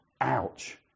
ouch